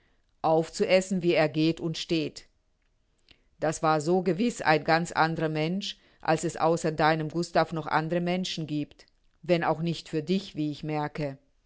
aufzuessen wie er geht und steht das war so gewiß ein ganz anderer mensch als es außer deinem gustav noch andere menschen giebt wenn auch nicht für dich wie ich merke